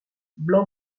blanc